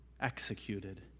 executed